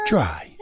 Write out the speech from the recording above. Try